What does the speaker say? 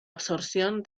absorción